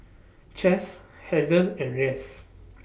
Cas Hazelle and Reyes